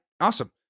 Awesome